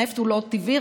נפט הוא לא טבעי,